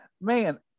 man